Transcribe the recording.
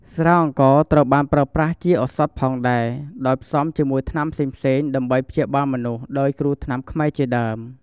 ស្រាអង្ករត្រូវបានប្រើប្រាស់ជាឪសថផងដែរដោយផ្សំជាមួយថ្នាំផ្សេងៗដើម្បីព្យាបាលមនុស្ស ដោយគ្រូថ្នាំខ្មែរជាដើម។